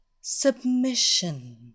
submission